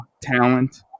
talent